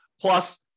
Plus